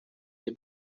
the